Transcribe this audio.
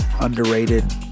underrated